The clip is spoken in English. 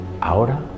Ahora